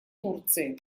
турции